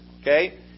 Okay